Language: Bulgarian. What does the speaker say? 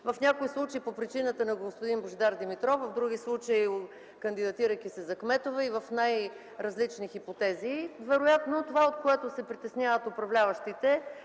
В някои случаи – по причината на господин Божидар Димитров, в други случаи – кандидатирайки се за кметове и в най-различни хипотези. Вероятно това, от което се притесняват управляващите,